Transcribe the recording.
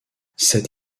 cette